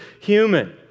human